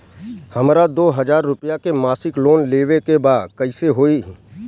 हमरा दो हज़ार रुपया के मासिक लोन लेवे के बा कइसे होई?